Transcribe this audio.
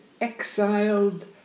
exiled